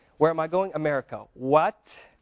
where am i going? america. what?